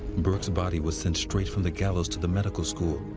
burke's body was sent straight from the gallows to the medical school,